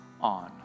on